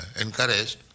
encouraged